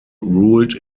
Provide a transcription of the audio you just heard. ruled